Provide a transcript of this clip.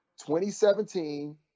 2017